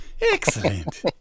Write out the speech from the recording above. Excellent